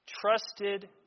trusted